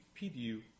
PDU